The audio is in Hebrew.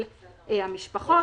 של המשפחות,